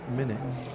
minutes